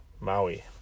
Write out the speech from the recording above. Maui